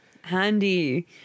handy